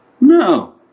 No